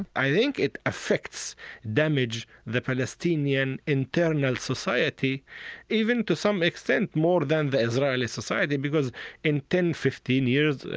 i think it affects damage the palestinian internal society even, to some extent, more than the israeli society, because in ten, fifteen years,